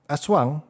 Aswang